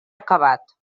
acabat